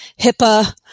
HIPAA